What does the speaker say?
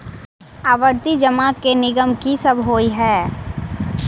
आवर्ती जमा केँ नियम की सब होइ है?